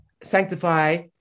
sanctify